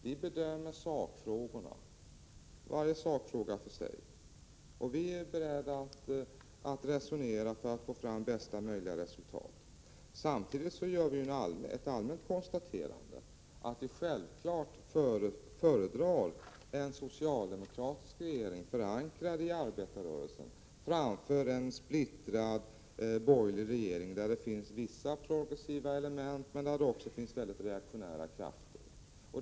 Vi bedömer sakfrågorna var och en för sig, och vi är beredda att resonera för att få fram bästa möjliga resultat. Samtidigt gör vi ett allmänt konstaterande. Vi föredrar självfallet en socialdemokratisk regering, förankrad i arbetarrörelsen, framför en splittrad borgerlig regering där det finns vissa progressiva element men också reaktionära krafter.